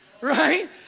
right